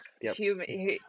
human